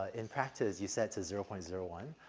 ah in practice, you set to zero point zero one.